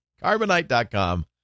Carbonite.com